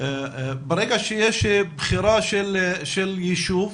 ברגע שיש בחירה של יישוב,